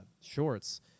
shorts